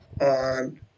on